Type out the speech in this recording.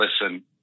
listen